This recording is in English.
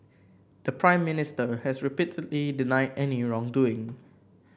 the Prime Minister has repeatedly denied any wrongdoing